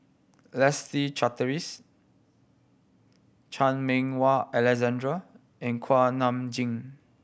Leslie Charteris Chan Meng Wah Alexander and Kuak Nam Jin